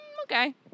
Okay